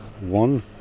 One